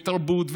תרבות,